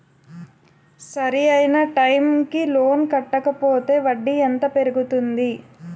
సరి అయినా టైం కి లోన్ కట్టకపోతే వడ్డీ ఎంత పెరుగుతుంది?